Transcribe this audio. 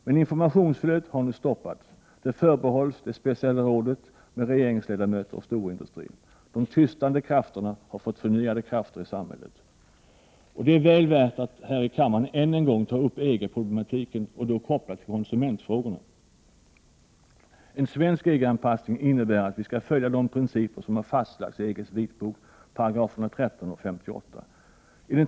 Men informationsflödet har nu stoppats. Det förbehålls det speciella rådet med regeringsledamöter och storindustri. De tystande krafterna har fått förnyad kraft i samhället. Det är väl värt att i kammaren än en gång ta upp EG-problematiken och då kopplad till konsumentfrågorna. En svensk EG-anpassning innebär att vi skall följa de principer som har fastlagts i EG:s vitbok 13 och 58 §§.